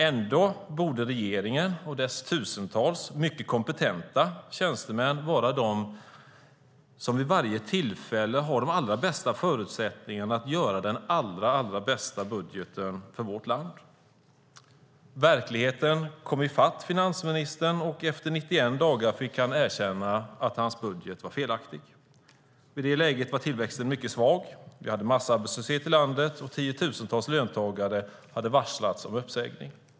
Ändå borde regeringen och dess tusentals mycket kompetenta tjänstemän vara de som vid varje tillfälle har de allra bästa förutsättningarna att göra den allra bästa budgeten för vårt land. Verkligheten kom i fatt finansministern, och efter 91 dagar fick han erkänna att hans budget var felaktig. I det läget var tillväxten mycket svag. Vi hade massarbetslöshet i landet, och tiotusentals löntagare hade varslats om uppsägning.